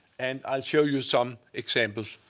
and i'll show you some examples.